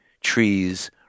trees